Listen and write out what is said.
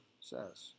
says